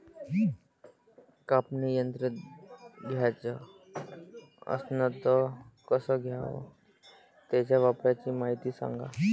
कापनी यंत्र घ्याचं असन त कस घ्याव? त्याच्या वापराची मायती सांगा